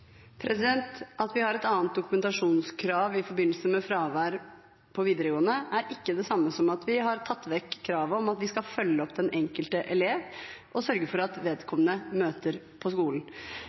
At vi har et annet dokumentasjonskrav i forbindelse med fravær på videregående, er ikke det samme som at vi har tatt vekk kravet om at vi skal følge opp den enkelte elev og sørge for at vedkommende møter på skolen.